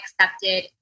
accepted